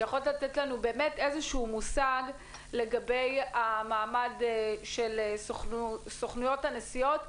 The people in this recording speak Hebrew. שיכול לתת לנו איזה שהוא מושג לגבי המעמד של סוכנויות הנסיעות.